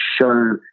show